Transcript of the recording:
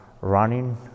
running